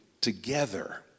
together